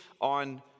on